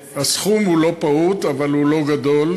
הסכום הוא לא פעוט אבל הוא לא גדול.